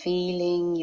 Feeling